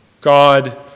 God